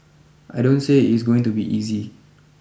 I don't say it's going to be easy